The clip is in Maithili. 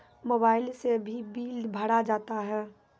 मोबाइल से भी बिल भरा जाता हैं?